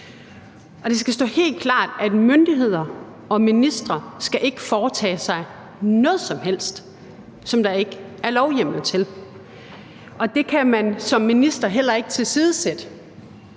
det skal stå helt klart, at myndigheder og ministre ikke skal foretage sig noget som helst, som der ikke er lovhjemmel til. Det kan man som minister heller ikke tilsidesætte,